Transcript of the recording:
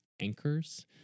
anchors